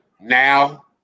now